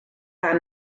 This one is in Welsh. fan